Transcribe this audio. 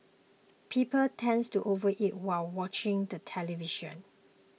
people tends to overeat while watching the television